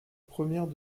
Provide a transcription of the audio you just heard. première